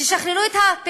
תשחררו אותם.